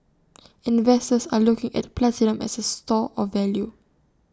investors are looking at platinum as A store of value